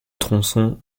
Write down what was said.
tronçon